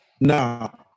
Now